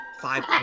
five